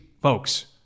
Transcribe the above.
folks